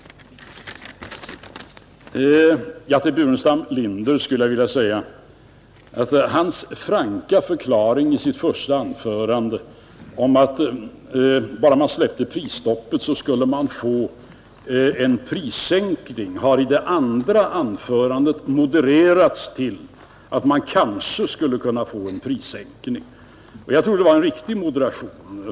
Jag skulle vilja säga till herr Burenstam Linder att den franka förklaringen i hans första anförande — att man skulle få en prissänkning bara man släppte prisstoppet — i det andra anförandet har modererats till att man kanske skulle kunna få en prissänkning. Jag tror att det var en riktig moderation.